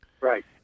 Right